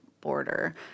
border